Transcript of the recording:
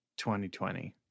2020